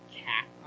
cat